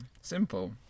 Simple